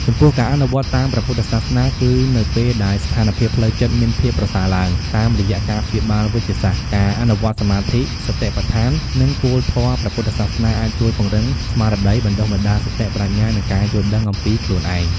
ចំពោះការអនុវត្តន៍តាមព្រះពុទ្ធសាសនា គឺនៅពេលដែលស្ថានភាពផ្លូវចិត្តមានភាពប្រសើរឡើង តាមរយៈការព្យាបាលវេជ្ជសាស្ត្រ ការអនុវត្តន៍សមាធិ សតិប្បដ្ឋាន និងគោលធម៌ព្រះពុទ្ធសាសនាអាចជួយពង្រឹងស្មារតី បណ្ដុះបណ្ដាលសតិ ប្រាជ្ញា និងការយល់ដឹងអំពីខ្លួនឯង។